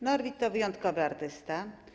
Norwid to wyjątkowy artysta.